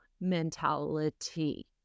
mentality